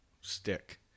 stick